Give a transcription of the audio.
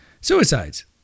Suicides